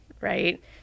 right